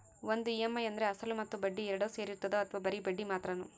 ಒಂದು ಇ.ಎಮ್.ಐ ಅಂದ್ರೆ ಅಸಲು ಮತ್ತೆ ಬಡ್ಡಿ ಎರಡು ಸೇರಿರ್ತದೋ ಅಥವಾ ಬರಿ ಬಡ್ಡಿ ಮಾತ್ರನೋ?